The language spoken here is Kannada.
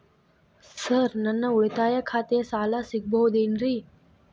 ಸರ್ ನನ್ನ ಉಳಿತಾಯ ಖಾತೆಯ ಸಾಲ ಸಿಗಬಹುದೇನ್ರಿ?